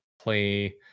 play